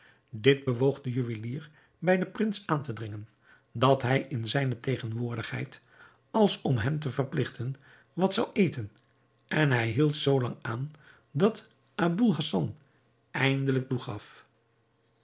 dit bewoog den juwelier bij den prins aan te dringen dat hij in zijne tegenwoordigheid als om hem te verpligten wat zou eten en hij hield zoo lang aan dat aboul hassan eindelijk toegaf